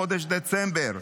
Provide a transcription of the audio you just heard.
בחודש דצמבר,